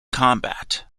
combat